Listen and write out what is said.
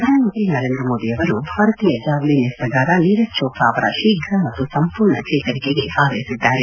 ಪ್ರಧಾನಮಂತ್ರಿ ನರೇಂದ್ರ ಮೋದಿ ಅವರು ಭಾರತೀಯ ಜಾವಲಿನ್ ಎಸೆತಗಾರ ನೀರಜ್ ಚೋಪ್ರಾ ಅವರ ಶೀಘ ಮತ್ತು ಸಂಪೂರ್ಣ ಚೇತರಿಕೆಗೆ ಹಾರ್ಸೆಸಿದ್ದಾರೆ